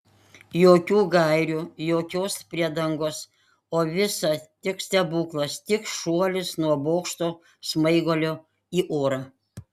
jokių gairių jokios priedangos o visa tik stebuklas tik šuolis nuo bokšto smaigalio į orą